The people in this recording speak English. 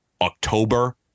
October